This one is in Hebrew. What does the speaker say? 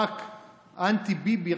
ורק אנטי-ביבי,